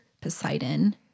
Poseidon